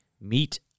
Meet